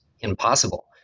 impossible